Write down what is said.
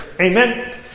Amen